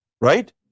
right